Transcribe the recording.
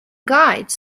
guides